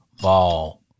ball